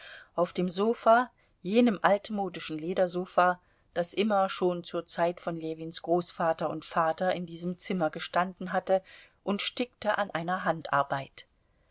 auf dem sofa jenem altmodischen ledersofa das immer schon zur zeit von ljewins großvater und vater in diesem zimmer gestanden hatte und stickte an einer handarbeit